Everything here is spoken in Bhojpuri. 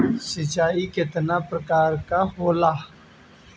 सिंचाई केतना प्रकार के होला?